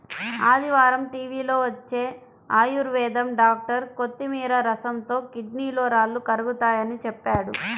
ఆదివారం టీవీలో వచ్చే ఆయుర్వేదం డాక్టర్ కొత్తిమీర రసంతో కిడ్నీలో రాళ్లు కరుగతాయని చెప్పాడు